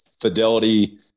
Fidelity